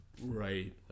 Right